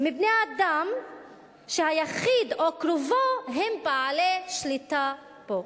מחבר בני אדם שהיחיד או קרובו הם בעלי שליטה בו.